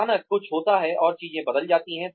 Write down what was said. अचानक कुछ होता है और चीजें बदल जाती हैं